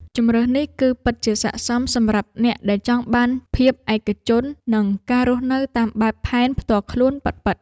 ជម្រើសនេះគឺពិតជាស័ក្តិសមសម្រាប់អ្នកដែលចង់បានភាពឯកជននិងការរស់នៅតាមបែបផែនផ្ទាល់ខ្លួនពិតៗ។